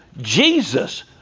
Jesus